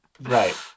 right